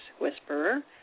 whisperer